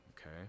Okay